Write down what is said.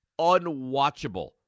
unwatchable